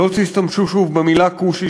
שלא תשמשו שוב במילה "כושי",